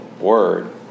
word